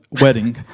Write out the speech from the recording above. wedding